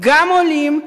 גם עולים,